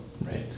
Right